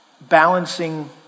balancing